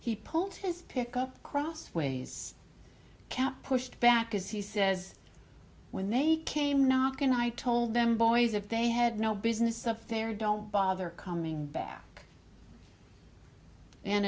he pulled his pick up crossways cap pushed back as he says when they came knocking i told them boys if they had no business up there don't bother coming back and